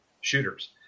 shooters